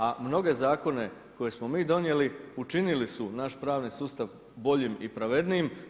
A mnoge zakone koje smo mi donijeli učinili su naš pravni sustav boljim i pravednijim.